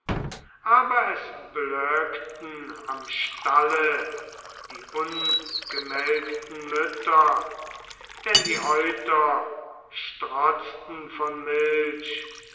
aber es blökten am stalle die ungemelkten mütter denn die euter strotzten von milch